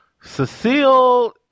Cecile